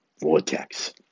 vortex